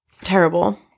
Terrible